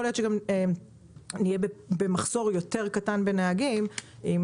יכול להיות שנהיה במחסור קטן יותר של נהגים אם